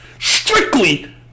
strictly